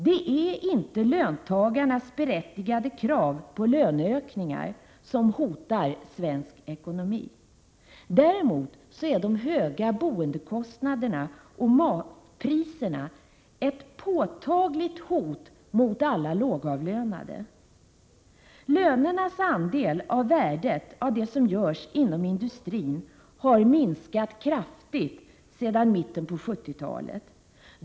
Det är inte löntagarnas berättigade krav på löneökningar som hotar svensk ekonomi. Däremot är de höga boendekostnaderna och matpriserna ett påtagligt hot mot alla lågavlönade. Lönernas andel av värdet av det som görs inom industrin har minskat kraftigt sedan mitten på 70-talet.